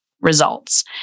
results